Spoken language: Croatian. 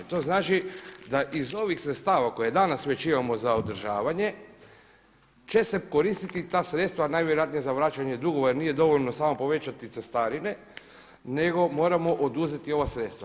To znači da iz ovih sredstava koje danas već imamo za održavanje će se koristiti ta sredstva najvjerojatnije za vraćanje dugova jer nije dovoljno samo povećati cestarine nego moramo oduzeti ova sredstva.